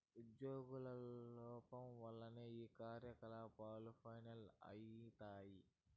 ఉజ్యోగుల లోపం వల్లనే ఈ కార్యకలాపాలు ఫెయిల్ అయితయి